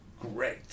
great